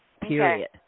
period